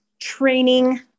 training